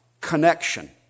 connection